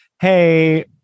hey